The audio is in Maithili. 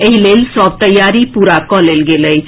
एहि लेल सभ तैयारी पूरा कऽ लेल गेल अछि